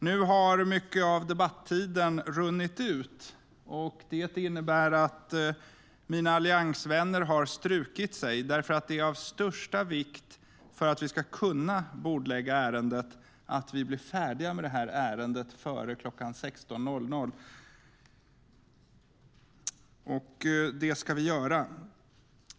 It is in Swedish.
Nu har mycket av debattiden runnit ut, och det innebär att mina alliansvänner har strukit sig, för det är av största vikt - för att vi ska kunna bordlägga ärendet - att ärendet blir färdigdebatterat före klockan 16, och vi ska se till att det blir så.